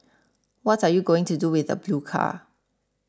what are you going to do with the blue car